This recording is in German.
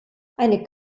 eine